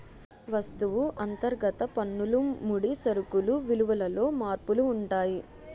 వస్తువు అంతర్గత పన్నులు ముడి సరుకులు విలువలలో మార్పులు ఉంటాయి